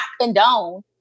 condone